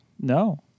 No